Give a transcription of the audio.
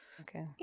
Okay